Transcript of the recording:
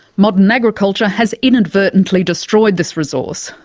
modern agriculture has inadvertently destroyed this resource.